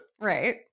Right